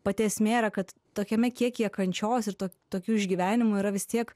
pati esmė yra kad tokiame kiekyje kančios ir tokių išgyvenimų yra vis tiek